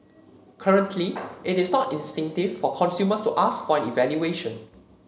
currently it is not instinctive for consumers to ask for an evaluation